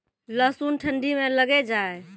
लहसुन ठंडी मे लगे जा?